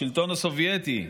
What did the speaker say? בשלטון הסובייטי,